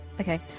okay